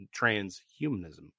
transhumanism